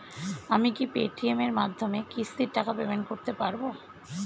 আমি কি Paytm এর মাধ্যমে কিস্তির টাকা পেমেন্ট করতে পারব?